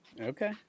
okay